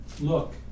look